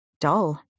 dull